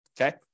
Okay